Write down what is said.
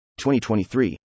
2023